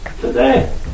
today